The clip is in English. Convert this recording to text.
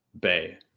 Bay